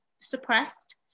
suppressed